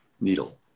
needle